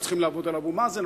מצליחים לעבוד על אבו מאזן,